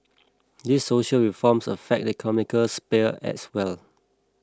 these social reforms affect the economic sphere as well